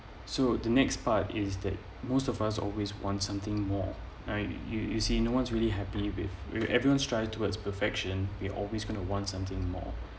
so the next part is that most of us always want something more I you you see no one's really happy with where everyone strive towards perfection we're always going to want something more